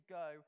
go